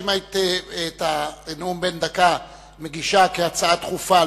שאם את הנאום בן הדקה היית מגישה כהצעה דחופה,